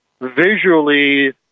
visually